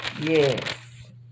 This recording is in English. Yes